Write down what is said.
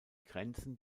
grenzen